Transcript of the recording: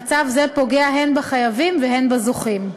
מצב זה פוגע הן בחייבים והן בזוכים.